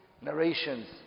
narrations